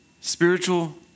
Spiritual